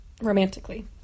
romantically